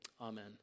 Amen